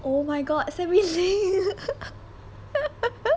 oh my god so